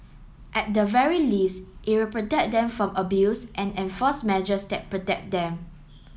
at the very least it will protect them from abuse and enforce measures that protect them